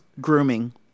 grooming